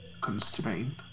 constrained